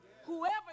whoever